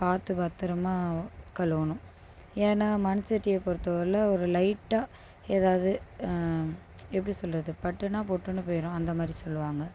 பார்த்து பத்திரமாக கழுவணும் ஏன்னால் மண் சட்டியை பொறுத்தவரைல ஒரு லைட்டாக ஏதாவது எப்படி சொல்வது பட்டுனா பொட்டுனு போயிடும் அந்தமாதிரி சொல்லுவாங்க